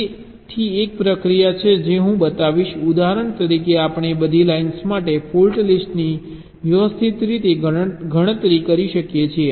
તેથી એક પ્રક્રિયા છે જે હું બતાવીશ ઉદાહરણ તરીકે આપણે બધી લાઇન્સ માટે ફોલ્ટ લિસ્ટની વ્યવસ્થિત રીતે ગણતરી કરી શકીએ છીએ